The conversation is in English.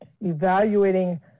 evaluating